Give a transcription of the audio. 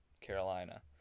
carolina